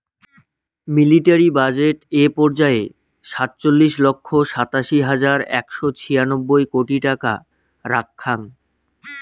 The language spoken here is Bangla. মিলিটারি বাজেট এ পর্যায়ে সাতচল্লিশ লক্ষ সাতাশি হাজার একশো ছিয়ানব্বই কোটি টাকা রাখ্যাং